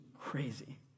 Crazy